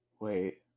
Wait